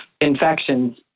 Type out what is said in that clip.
infections